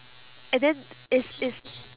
and then it's it's